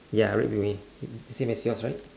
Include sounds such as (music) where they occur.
ya red bikini (noise) same as yours right